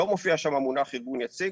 לא מופיע של המונח ארגון יציג,